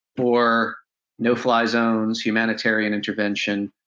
or no fly zones, humanitarian intervention,